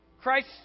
Christ